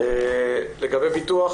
לגבי ביטוח,